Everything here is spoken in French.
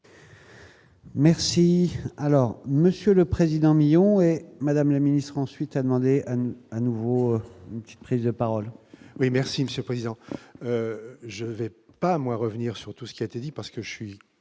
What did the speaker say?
Merci, alors Monsieur le président Millon et Madame la Ministre, ensuite à demandé à nouveau prise de parole. Oui, merci Monsieur le Président, je vais pas moi revenir sur tout ce qui a été dit, parce que je suis